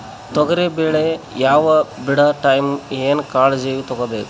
ತೊಗರಿಬೇಳೆ ಹೊವ ಬಿಡ ಟೈಮ್ ಏನ ಕಾಳಜಿ ತಗೋಬೇಕು?